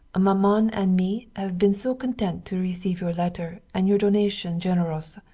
maman and me have been so content to receive your letter and your donation generous!